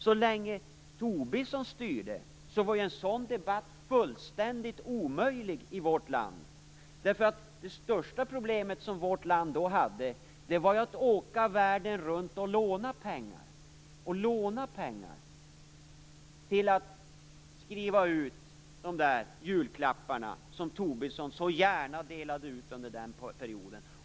Så länge Tobisson styrde, var ju en sådan debatt fullständigt omöjlig i vårt land. Det största problemet vårt land då var ju att åka världen runt och låna pengar till att skriva ut de julklappar som Tobisson så gärna delade ut under den perioden.